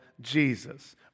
Jesus